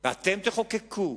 ואתם תחוקקו.